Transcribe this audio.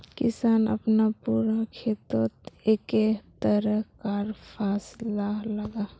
किसान अपना पूरा खेतोत एके तरह कार फासला लगाः